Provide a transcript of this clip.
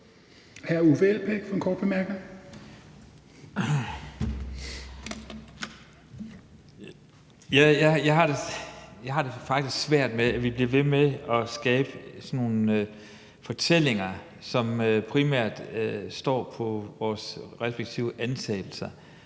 Jeg har det faktisk svært med, at vi bliver ved med at skabe sådan nogle fortællinger, som primært står på vores refleksive antagelser,